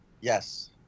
Yes